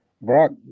Brock